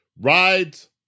rides